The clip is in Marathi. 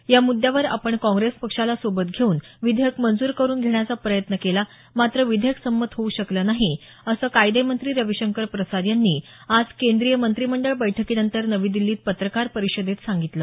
या म्द्यावर आपण काँग्रेस पक्षाला सोबत घेऊन विधेयक मंजूर करून घेण्याचा प्रयत्न केला मात्र विधेयक संमत होऊ शकलं नाही असं कायदेमंत्री रविशंकर प्रसाद यांनी आज केंद्रीय मंत्रिमंडळ बैठकीनंतर नवी दिल्लीत पत्रकार परिषदेत सांगितलं